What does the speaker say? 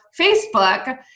Facebook